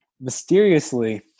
mysteriously